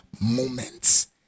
moments